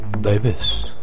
babies